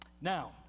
Now